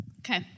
Okay